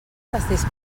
pastís